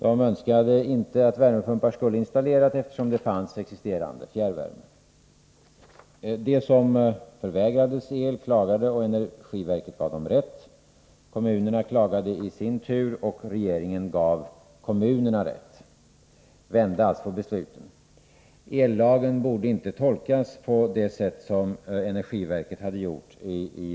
Det önskade inte att värmepumpar skulle installeras, eftersom fjärrvärme hade införts. De som förvägrades elleveranserna klagade, och energiverket gav dem rätt. Sedan klagade kommunerna, och regeringen i sin tur vände på utslaget och gav kommunerna rätt. Regeringen menade alltså att ellagen i det aktuella fallet inte borde tolkas på det sätt som energiverket hade gjort.